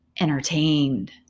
entertained